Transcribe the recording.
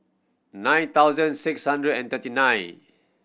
nine thousand six hundred and thirty nine